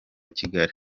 kigali